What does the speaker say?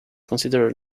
considered